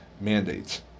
mandates